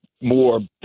more